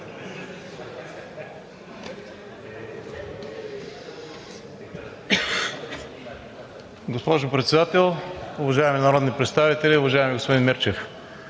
Госпожо Председател, уважаеми народни представители! Уважаеми господин Мирчев,